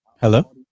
Hello